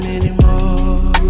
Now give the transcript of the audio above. anymore